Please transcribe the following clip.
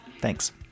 Thanks